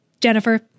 Jennifer